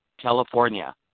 California